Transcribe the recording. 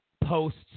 posts